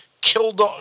killed